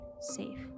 safe